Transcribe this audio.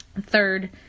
Third